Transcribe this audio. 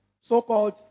so-called